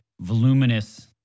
voluminous